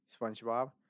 Spongebob